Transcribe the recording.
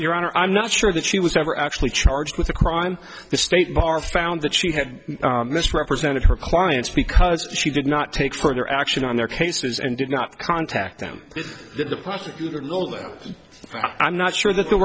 your honor i'm not sure that she was ever actually charged with a crime the state bar found that she had misrepresented her clients because she did not take further action on their cases and did not contact them is that the prosecutor knows i'm not sure that the